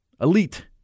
elite